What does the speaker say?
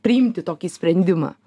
priimti tokį sprendimą